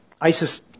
ISIS